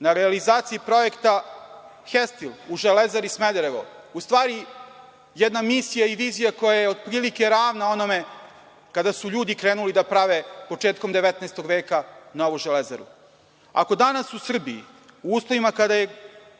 na realizaciji projekta „Hestil“ u Železari Smederevo u stvari jedna misija i vizija koja je otprilike ravna onome kada su ljudi krenuli da prave početkom 19. veka novu železaru. Ako danas u Srbiji, u uslovima kada je,